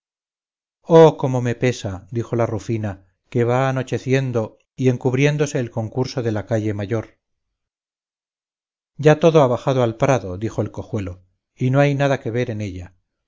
cómo me pesa dijo la rufina que va anocheciendo y encubriéndose el concurso de la calle mayor ya todo ha bajado al prado dijo el cojuelo y no hay nada que ver en ella